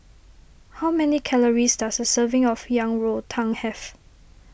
how many calories does a serving of Yang Rou Tang have